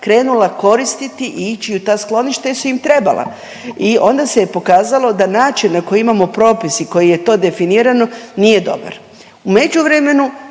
krenula koristiti i ići u ta skloništa jer su im trebala. I onda se je pokazalo da način na koji imamo propis i koji je to definirano nije dobar.